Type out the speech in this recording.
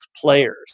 players